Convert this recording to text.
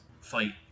fight